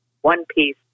one-piece